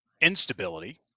instability